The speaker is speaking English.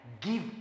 give